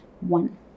one